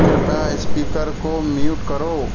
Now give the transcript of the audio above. कृपया स्पीकर को म्यूट करो